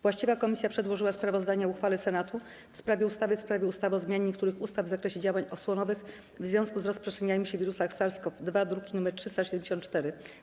Właściwa komisja przedłożyła sprawozdanie o uchwale Senatu w sprawie ustawy o zmianie niektórych ustaw w zakresie działań osłonowych w związku z rozprzestrzenianiem się wirusa SARS-CoV-2, druk nr 374.